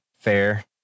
Fair